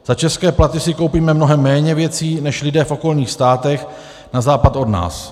Za české platy si koupíme mnohem méně věcí než lidé v okolních státech na západ od nás.